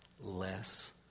less